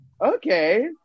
Okay